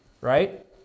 right